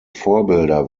vorbilder